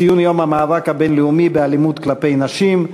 ציון יום המאבק הבין-לאומי באלימות כלפי נשים,